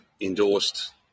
endorsed